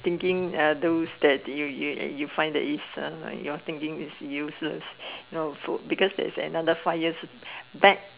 thinking are those that you you you find that your thinking is useless you know because there is another five years back